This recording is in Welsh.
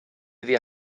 iddi